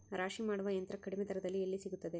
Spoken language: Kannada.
ರಾಶಿ ಮಾಡುವ ಯಂತ್ರ ಕಡಿಮೆ ದರದಲ್ಲಿ ಎಲ್ಲಿ ಸಿಗುತ್ತದೆ?